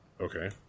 Okay